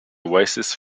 oasis